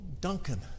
Duncan